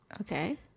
Okay